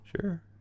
Sure